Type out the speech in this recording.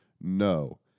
no